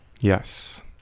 yes